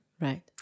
Right